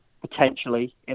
potentially